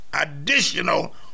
additional